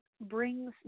brings